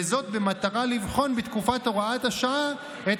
וזאת במטרה לבחון בתקופת הוראת השעה את